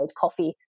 coffee